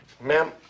Ma'am